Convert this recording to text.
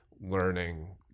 learning